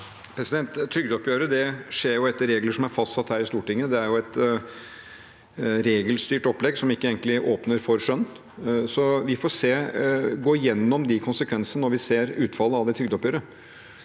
Trygde- oppgjøret skjer etter regler som er fastsatt her i Stortinget. Det er et regelstyrt opplegg som ikke egentlig åpner for skjønn. Vi får gå gjennom de konsekvensene når vi ser utfallet av trygdeoppgjøret.